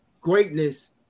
greatness